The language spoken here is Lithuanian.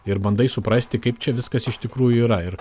ir bandai suprasti kaip čia viskas iš tikrųjų yra ir